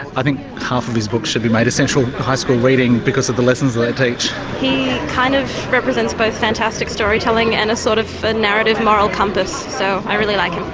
i think half of his books should be made essential high school reading because of the lessons they teach. he kind of represents both fantastic storytelling and a sort of but narrative moral compass so i really like him.